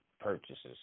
purchases